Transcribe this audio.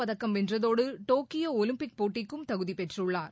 பதக்கம் வென்றதோடு Tokyo Olympic போட்டிக்கும் தகுதி பெற்றுள்ளார்